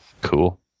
Cool